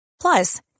Plus